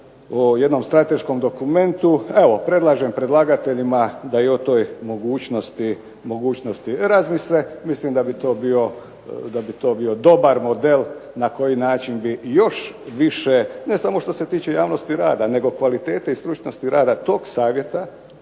o jednom strateškom dokumentu. Evo, predlažem predlagateljima da i o toj mogućnosti razmisle. Mislim da bi to bio dobar model na koji način bi još više, ne samo što se tiče javnosti rada nego kvalitete i stručnosti rada tog savjeta,